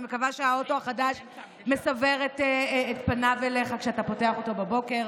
אני מקווה שהאוטו החדש מסביר פניו אליך כשאתה פותח אותו בבוקר.